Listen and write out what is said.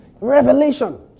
Revelation